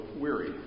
weary